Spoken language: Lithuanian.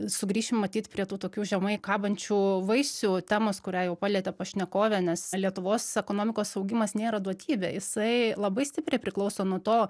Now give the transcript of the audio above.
sugrįšim matyt prie tų tokių žemai kabančių vaisių temos kurią jau palietė pašnekovė nes lietuvos ekonomikos augimas nėra duotybė jisai labai stipriai priklauso nuo to